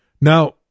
Now